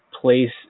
place